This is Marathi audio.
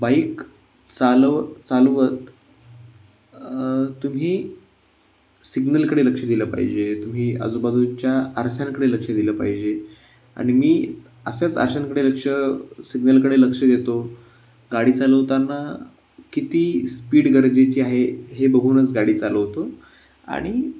बाईक चालव चालवत तुम्ही सिग्नलकडे लक्ष दिलं पाहिजे तुम्ही आजूबाजूच्या आरश्यांकडे लक्ष दिलं पाहिजे आणि मी असाच आरश्यांकडे लक्ष सिग्नलकडे लक्ष देतो गाडी चालवताना किती स्पीड गरजेची आहे हे बघूनच गाडी चालवतो आणि